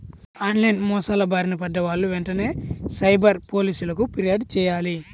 on line మోసాల బారిన పడ్డ వాళ్ళు వెంటనే సైబర్ పోలీసులకు పిర్యాదు చెయ్యాలి